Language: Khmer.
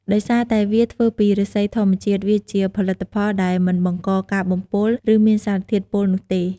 ដោយសារតែវាធ្វើពីឫស្សីធម្មជាតិ វាជាផលិតផលដែលមិនបង្កការបំពុល ឬមានសារធាតុពុលនោះទេ។